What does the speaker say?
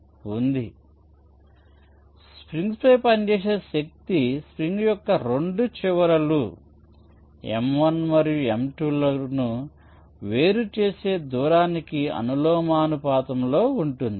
కాబట్టి స్ప్రింగ్ పై పనిచేసిన శక్తి స్ప్రింగ్ యొక్క రెండు చివరలు m1 మరియు m2 లను వేరుచేసే దూరానికి అనులోమానుపాతంలో ఉంటుంది